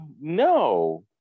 no